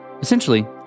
Essentially